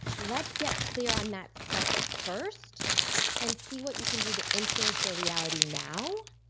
let's get clear on that stuff first and see what you can do to influence your reality now,